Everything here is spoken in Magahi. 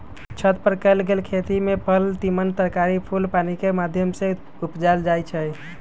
छत पर कएल गेल खेती में फल तिमण तरकारी फूल पानिकेँ माध्यम से उपजायल जाइ छइ